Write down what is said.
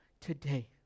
today